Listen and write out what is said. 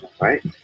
right